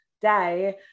day